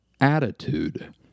attitude